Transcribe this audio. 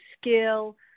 skill